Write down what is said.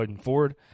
Ford